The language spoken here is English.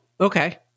Okay